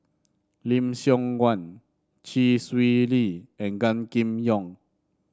Lim Siong Guan Chee Swee Lee and Gan Kim Yong